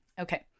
Okay